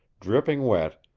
dripping wet,